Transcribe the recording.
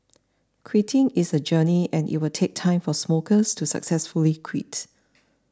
quitting is a journey and it will take time for smokers to successfully quit